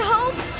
Hope